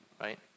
right